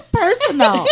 personal